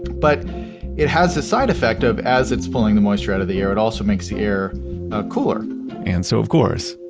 but it has a side effect of as it's pulling the moisture out of the air, it also makes the air ah cooler and so of course,